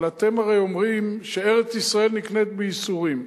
אבל אתם הרי אומרים שארץ-ישראל נקנית בייסורים.